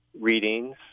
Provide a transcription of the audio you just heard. readings